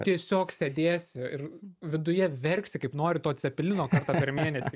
tiesiog sėdėsi ir viduje verksi kaip nori to cepelino kartą per mėnesį